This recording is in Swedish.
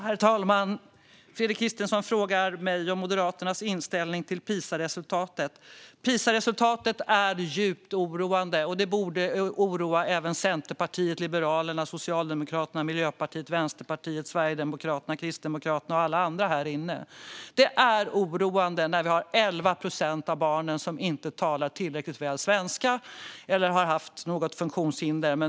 Herr talman! Fredrik Christensson frågar mig om Moderaternas inställning till PISA-resultatet. PISA-resultatet är djupt oroande, och det borde oroa även Centerpartiet, Liberalerna, Socialdemokraterna, Miljöpartiet, Vänsterpartiet, Sverigedemokraterna, Kristdemokraterna och alla andra här inne. Det är oroande när 11 procent av barnen inte talar tillräckligt bra svenska eller har något funktionshinder.